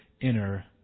inner